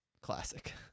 Classic